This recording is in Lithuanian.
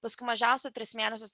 paskui mažiausiai tris mėnesius